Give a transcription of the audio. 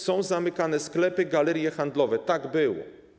Są zamykane sklepy, galerie handlowe, tak było.